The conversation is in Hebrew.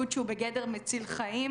במקום אחד: 600 דיירים,